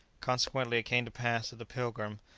consequently it came to pass that the pilgrim,